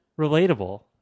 relatable